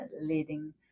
leading